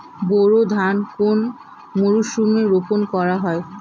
বোরো ধান কোন মরশুমে রোপণ করা হয়?